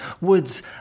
Woods